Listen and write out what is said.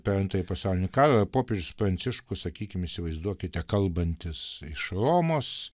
per antrąjį pasaulinį karą popiežius pranciškus sakykim įsivaizduokite kalbantis iš romos